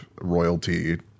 royalty